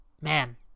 Man